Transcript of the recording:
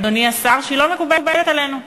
אדוני השר, שהיא לא מקובלת עלינו.